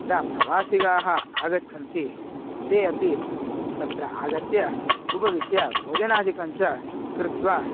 यदा प्रवासिगाः आगच्छन्ति ते अपि तत्र आगत्य उपविश्य भोजनादिकञ्च कृत्वा